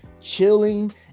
chilling